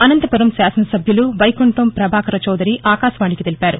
అనంతపురం శాసన సభ్యులు వైకుంఠం ప్రభాకరచౌదరి ఆకాశవాణికి తెలిపారు